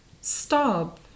stop